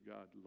God